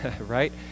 right